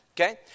Okay